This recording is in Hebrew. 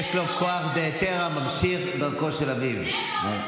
יש לו כוח בהיתר הממשיך דרכו של אביו.